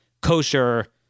kosher